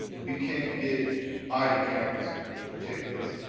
we can't get body cameras to protect us.